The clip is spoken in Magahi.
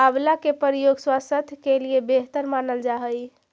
आंवला के प्रयोग स्वास्थ्य के लिए बेहतर मानल जा हइ